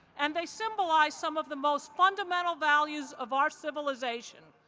and they symbolize some of the most fundamental values of our civilization,